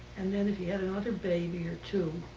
and then if you had another baby or two,